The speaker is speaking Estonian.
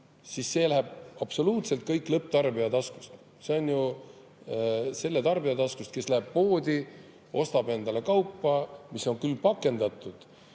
siis see läheb absoluutselt kõik lõpptarbija taskust. See on ju selle tarbija taskust, kes läheb poodi, ostab endale kaupa, mis on pakendatud.